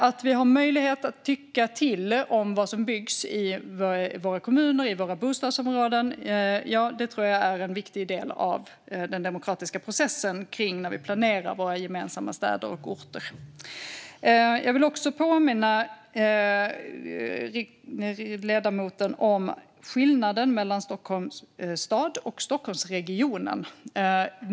Att vi har möjlighet att tycka till om vad som byggs i våra kommuner och bostadsområden är en viktig del av den demokratiska processen när vi planerar våra gemensamma städer och orter. Jag vill också påminna ledamoten om skillnaden mellan Stockholms stad och Stockholmsregionen.